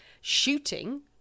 shooting